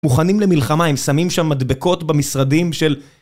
מוכנים למלחמה, הם שמים שם מדבקות במשרדים של...